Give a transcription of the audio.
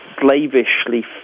slavishly